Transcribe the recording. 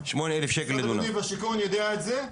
משרד הבינוי והשיכון יודע את זה?